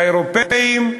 האירופים,